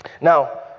Now